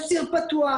יש ציר פתוח,